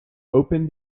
open